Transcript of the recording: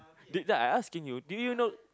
that I I asking you do you know